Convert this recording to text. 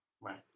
right